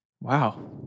Wow